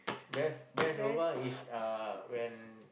best best lobang is uh when